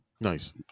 Nice